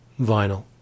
vinyl